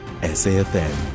SAFM